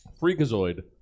Freakazoid